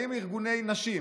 באים מארגוני נשים,